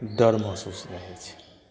डर महसूस नहि होइ छै